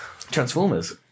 Transformers